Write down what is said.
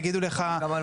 יגידו לך 'אוקיי,